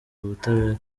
ubutabera